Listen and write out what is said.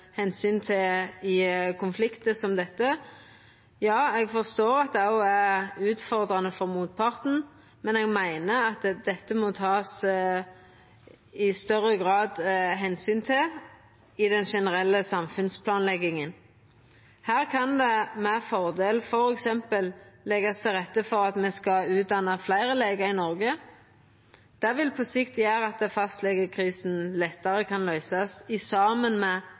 til i konfliktar som dette. Ja, eg forstår at det òg er utfordrande for motparten, men eg meiner at ein i større grad må ta omsyn til dette i den generelle samfunnsplanlegginga. Her kan det med fordel f.eks. leggjast til rette for at me skal utdanna fleire legar i Noreg. Det vil på sikt gjera at fastlegekrisen lettare kan løysast, saman med